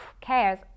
cares